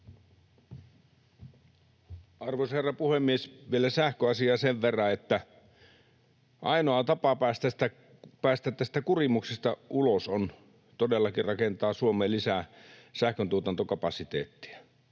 Arvoisa herra puhemies! Vielä sähköasiaa sen verran, että ainoa tapa päästä tästä kurimuksesta ulos on todellakin rakentaa Suomeen lisää sähköntuotantokapasiteettia.